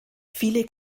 viele